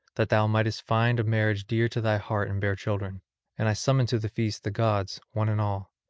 that thou mightest find a marriage dear to thy heart and bear children and i summoned to the feast the gods, one and all.